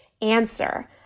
Answer